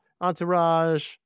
Entourage